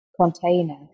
container